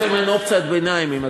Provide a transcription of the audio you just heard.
זה מין אופציית ביניים.